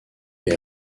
est